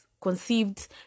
conceived